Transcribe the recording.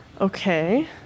Okay